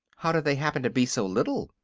how did they happen to be so little?